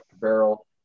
barrel